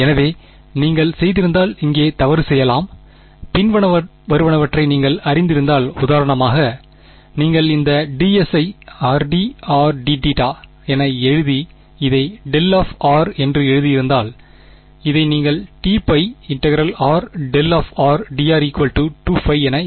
எனவே நீங்கள் செய்திருந்தால் இங்கே தவறு செய்யலாம் பின்வருவனவற்றை நீங்கள் அறிந்திருந்தால் உதாரணமாக நீங்கள் இந்த dS ஐ rdrdθ என எழுதி இதை δ என்று எழுதியிருந்தால் இதை நீங்கள் 2π∫rδdr 2π என எழுதலாம்